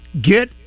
get